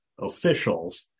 officials